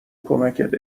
کمکت